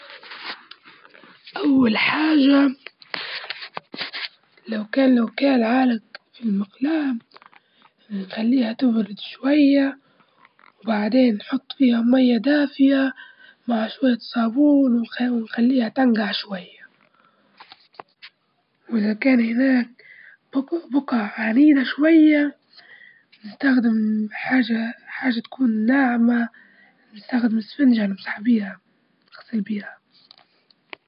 أول حاجة لو كان وكل عالج في المقلاة بنخليها تبرد شوية، وبعدين حط فيها مية دافية مع شوية صابون ونخليها تنجع شوية، وإذا كان هناك بجع عنيدة شوية، نستخدم حاجة حاجة تكون ناعمة، نستخدم إسفنجة نمسح بها تغسل بها.